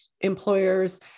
employers